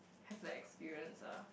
have the experience ah